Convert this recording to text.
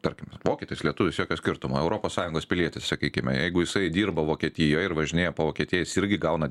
tarkim vokietis lietuvis jokio skirtumo europos sąjungos pilietis sakykime jeigu jisai dirba vokietijoj ir važinėja po vokietiją jis irgi gauna